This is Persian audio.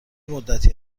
مدتی